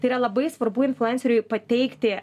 tai yra labai svarbu influenceriui pateikti